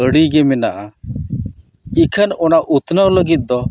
ᱟᱹᱰᱤ ᱜᱮ ᱢᱮᱱᱟᱜᱼᱟ ᱢᱮᱱᱠᱷᱟᱱ ᱚᱱᱟ ᱩᱛᱱᱟᱹᱣ ᱞᱟᱹᱜᱤᱫ ᱫᱚ